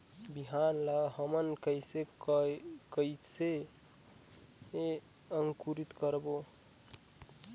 बिहान ला हमन हवे कइसे अंकुरित करबो?